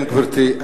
כן, גברתי.